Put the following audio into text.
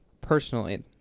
personally